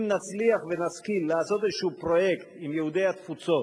אם נצליח ונשכיל לעשות איזשהו פרויקט עם יהודי התפוצות,